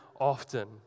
often